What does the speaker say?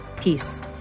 Peace